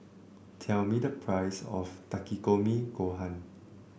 tell me the price of Takikomi Gohan